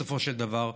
בסופו של דבר,